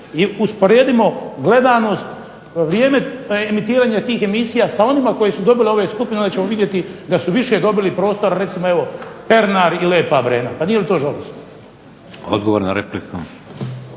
I usporedimo gledanost, vrijeme emitiranja tih emisija sa onima koji su dobili ove skupine, onda ćemo vidjeti da su više dobili prostora recimo evo Pernar i Lepa Brena. Pa nije li to žalosno. **Šeks,